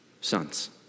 sons